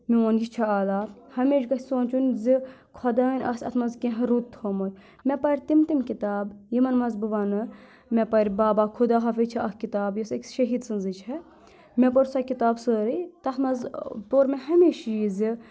میون یہِ چھُ آلا ہمیشہٕ گژھِ سونٛچُن زِ خۄدایَن آسہِ اَتھ منٛز کینٛہہ رُت تھومُت مےٚ پَرِ تِم تِم کِتاب یِمَن منٛز بہٕ وَنہٕ مےٚ پَرِ بابا خُدا حافِظ چھِ اَکھ کِتاب یۄس أکِس شہیٖد سٕنٛزٕے چھَ مےٚ پٕر سۄ کِتاب سٲرٕے تَتھ منٛز پوٚر مےٚ ہمیشہٕ یہِ زِ